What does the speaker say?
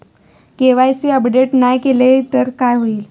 KYC update नाय केलय तर काय होईत?